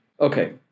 Okay